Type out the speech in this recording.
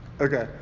Okay